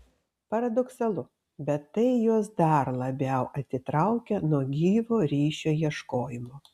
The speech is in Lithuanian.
paradoksalu bet tai juos dar labiau atitraukia nuo gyvo ryšio ieškojimo